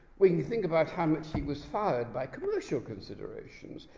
we can think about how much he was fired by commercial considerations,